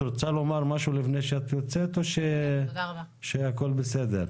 את רוצה לומר משהו לפני שאת יוצאת או שהכול בסדר?